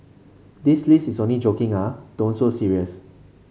this list is only joking ah don't so serious